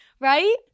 right